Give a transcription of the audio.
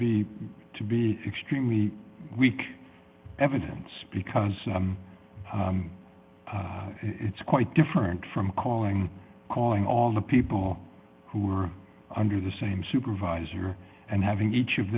be to be extremely weak evidence because it's quite different from calling calling all the people who are under the same supervisor and having each of